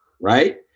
right